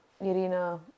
Irina